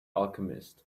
alchemist